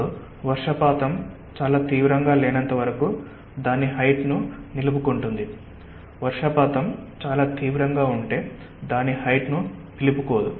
so వర్షపాతం చాలా తీవ్రంగా లేనంత వరకు దాని హైట్ ను నిలుపుకుంటుంది వర్షపాతం చాలా తీవ్రంగా ఉంటే దాని హైట్ ను నిలుపుకోదు